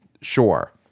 Sure